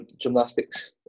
gymnastics